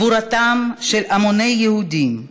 גבורתם של המוני יהודים,